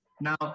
Now